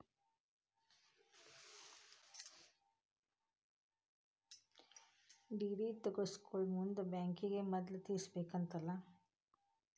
DD ತಗ್ಸ್ಕೊಳೊಮುಂದ್ ಬ್ಯಾಂಕಿಗೆ ಮದ್ಲ ತಿಳಿಸಿರ್ಬೆಕಂತೇನಿಲ್ಲಾ